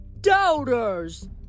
Doubters